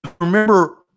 Remember